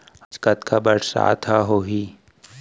आज कतका बरसात ह होही?